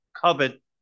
covet